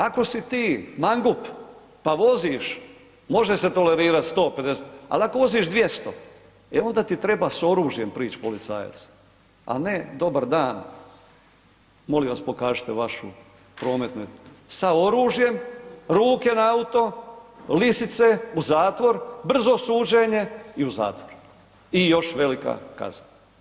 Ako si ti mangup, pa voziš, može se tolerirat 150, ali ako voziš 200, e onda ti treba s oružjem prić policajac, a ne dobar dan, molim vas pokažite vašu prometnu, sa oružjem, ruke na auto, lisice, u zatvor, brzo suđenje i u zatvor i još velika kazna.